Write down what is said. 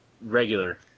regular